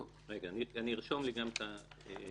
רגע, אני ארשום לי גם את...